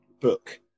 book